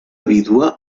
vídua